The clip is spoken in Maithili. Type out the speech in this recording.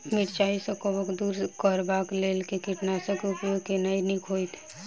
मिरचाई सँ कवक दूर करबाक लेल केँ कीटनासक केँ उपयोग केनाइ नीक होइत?